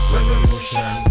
Revolution